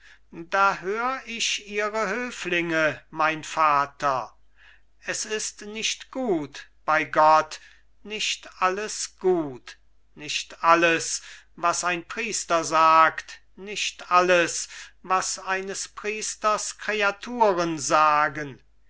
da hör ich ihre höflinge mein vater es ist nicht gut bei gott nicht alles gut nicht alles was ein priester sagt nicht alles was eines priesters kreaturen sagen